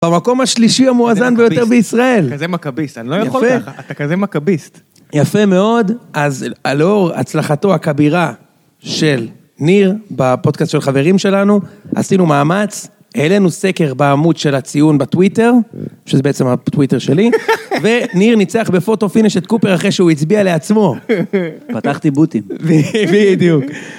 במקום השלישי המואזן ביותר בישראל. אתה כזה מכביסט, אני לא יכול ככה, אתה כזה מקביסט. יפה מאוד, אז על אור הצלחתו הכבירה של ניר, בפודקאסט של חברים שלנו, עשינו מאמץ, העלינו סקר בעמוד של הציון בטוויטר, שזה בעצם הטוויטר שלי, וניר ניצח בפוטו פיניש את קופר אחרי שהוא הצביע לעצמו. פתחתי בוטים. בדיוק.